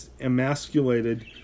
emasculated